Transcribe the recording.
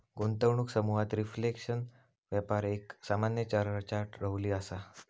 गुंतवणूक समुहात रिफ्लेशन व्यापार एक सामान्य चर्चा रवली असा